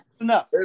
Enough